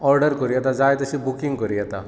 order करूं येता जाय तशी बुकींग करूं येता